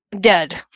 dead